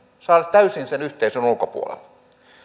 täysin sen yhteisön ulkopuolella